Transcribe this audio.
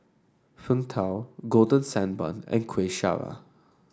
Png Tao Golden Sand Bun and Kuih Syara